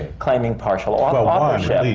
claiming partial ah authorship.